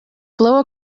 blow